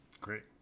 Great